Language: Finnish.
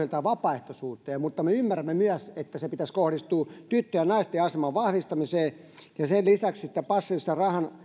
vapaaehtoisuuteen mutta me ymmärrämme myös että sen pitäisi kohdistua tyttöjen ja naisten aseman vahvistamiseen ja sen lisäksi että passiivisen rahan